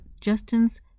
Justin's